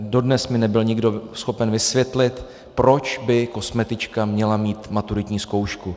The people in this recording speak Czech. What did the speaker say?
Dodnes mi nebyl nikdo schopen vysvětlit, proč by kosmetička měla mít maturitní zkoušku.